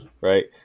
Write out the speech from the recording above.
Right